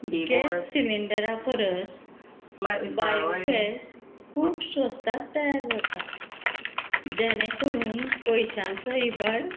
gas सिलिंडरा परस biogas खूब स्वस्थाक तयार जाता जेणे करून पयशांचो इबाड